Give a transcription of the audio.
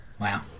Wow